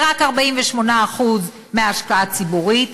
ורק 48% מההשקעה הציבורית,